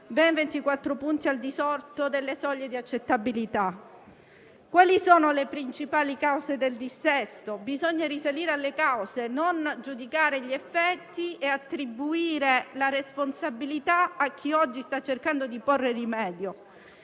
ben 24 punti al di sotto delle soglie di accettabilità. Quali sono le principali cause del dissesto? Bisogna risalire alle cause, e non giudicare gli effetti ed attribuire la responsabilità a chi oggi sta cercando di porre rimedio.